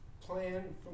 plan